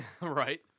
Right